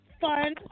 fun